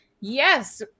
Yes